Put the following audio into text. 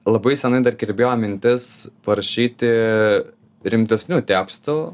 labai senai dar kirbėjo mintis parašyti rimtesnių tekstų